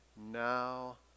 now